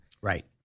Right